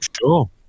sure